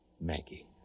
Maggie